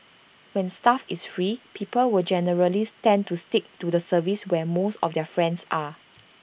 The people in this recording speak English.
when stuff is free people will generally tend to stick to the service where most of their friends are